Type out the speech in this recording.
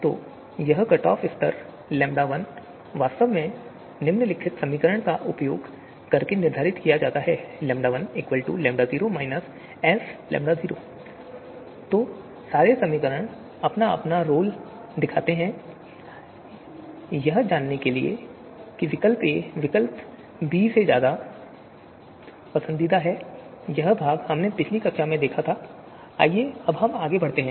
तो यह cut off स्तर λ1 वास्तव में निम्नलिखित समीकरण का उपयोग करके निर्धारित किया जाता है λ1 λ0 - sλ0 दो सारे समीकरण अपना अपना रोल प्ले करते हैं यह जानने में की विकल a विकल्प b से ज्यादा पसंदीदा हैI यह भाग हमने पिछले कक्षा में देखा थाI आइए आगे बढ़ते हैं